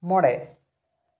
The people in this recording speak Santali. ᱢᱚᱬᱮ